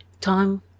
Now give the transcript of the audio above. time